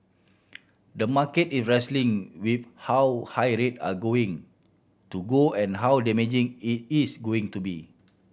the market is wrestling with how high rate are going to go and how damaging it is going to be